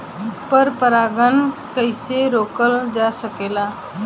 पर परागन कइसे रोकल जा सकेला?